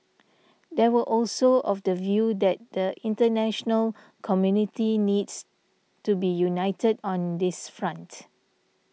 they were also of the view that the international community needs to be united on this front